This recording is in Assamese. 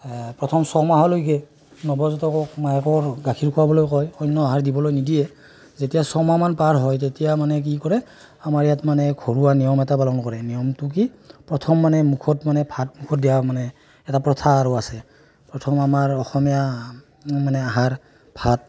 প্ৰথম ছমাহলৈকে নৱজাতকক মাকৰ গাখীৰ খুৱাবলৈ কয় অন্য আহাৰ নিদিয়ে যেতিয়া ছমাহমান পাৰ হয় তেতিয়া মানে কি কৰে আমাৰ ইয়াত মানে ঘৰুৱা নিয়ম এটা পালন কৰে নিয়মটো কি প্ৰথম মানে মুখত মানে ভাত মুখত দিয়া মানে এটা প্ৰথা আৰু আছে প্ৰথম আমাৰ অসমীয়া মানে আহাৰ ভাত